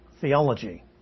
theology